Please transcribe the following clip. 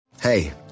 Hey